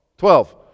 Twelve